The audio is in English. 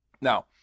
Now